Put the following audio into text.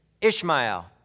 Ishmael